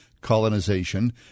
colonization